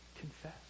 Confess